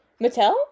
Mattel